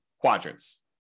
quadrants